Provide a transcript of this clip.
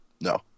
No